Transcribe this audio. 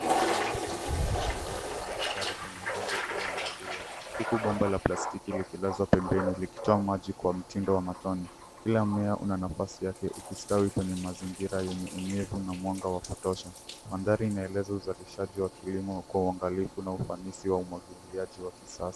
Mimea changa imepandwa kwa mstari kwenye udongo ulioandaliwa huku bomba la plastiki lilikilazwa pembeni likitoa maji kwa mtindo wa matone. Kila mmea una nafasi yake ukistawi kwenye mazingira yenye unyevu na mwanga wa kutosha. Mandhari inaeleza uzalishaji wa kilimo kwa uangalifu na ufanisi wa umwagiliaji wa kisasa.